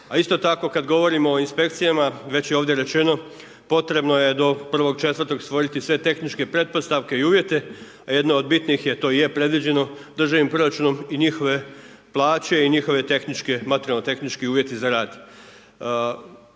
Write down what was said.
A isto tako kad govorimo o inspekcijama, već je ovdje rečeno, potrebno je do 01.04. stvoriti sve tehničke pretpostavke i uvjete, a jedna od bitnih je, to i je predviđeno državnim proračunom, i njihove plaće, i njihove tehničke, materijalno-tehnički uvjeti za rad.